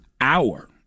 hour